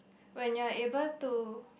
when you're able to